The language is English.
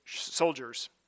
soldiers